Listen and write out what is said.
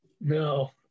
No